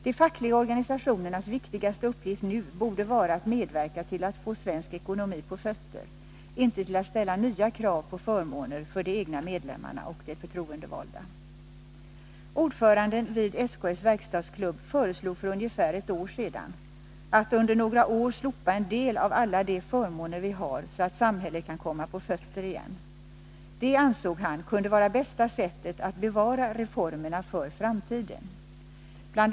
De fackliga organisationernas viktigaste uppgift nu borde vara att medverka till att få svensk ekonomi på fötter, inte till att ställa nya krav på förmåner för de egna medlemmarna och förtroendevalda. Ordföranden vid SKF:s verkstadsklubb föreslog för ungefär ett år sedan att man under några år skulle slopa en del av alla de förmåner vi har så att samhället kan komma på fötter igen. Det ansåg han kunde vara bästa sättet att bevara reformerna för framtiden. Bl.